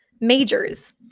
majors